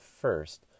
first